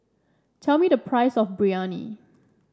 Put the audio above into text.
tell me the price of Biryani